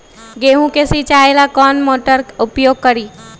गेंहू के सिंचाई ला कौन मोटर उपयोग करी?